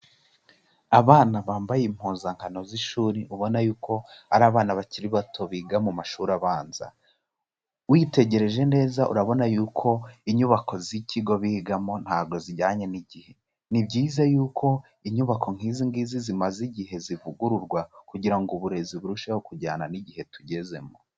Abana bambaye impuzankano z'ishuri ubona yuko ari abana bakiri bato biga mu mashuri abanza, witegereje neza urabona yuko inyubako z'ikigo bigamo ntago zijyanye n'igihe, ni byiza yuko inyubako nk'izi ngizi zimaze igihe zivugururwa, kugira ngo uburezi burusheho kujyana n'igihe tugezemo.